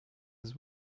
his